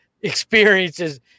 experiences